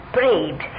prayed